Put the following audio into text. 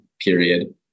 period